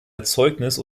erzeugnis